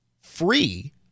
free